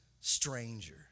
Stranger